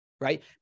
Right